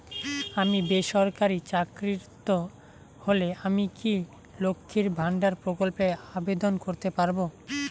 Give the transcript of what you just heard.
আমি বেসরকারি চাকরিরত হলে আমি কি লক্ষীর ভান্ডার প্রকল্পে আবেদন করতে পারব?